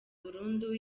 burundu